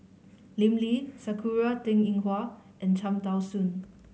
Lim Lee Sakura Teng Ying Hua and Cham Tao Soon